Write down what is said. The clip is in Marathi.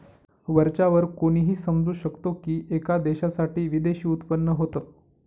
वरच्या वर कोणीही समजू शकतो की, एका देशासाठी विदेशी उत्पन्न होत